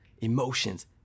emotions